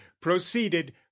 proceeded